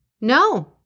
no